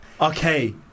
Okay